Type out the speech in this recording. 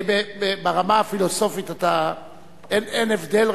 ברמה הפילוסופית אין הבדל,